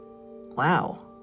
Wow